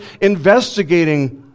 investigating